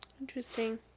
Interesting